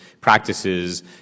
practices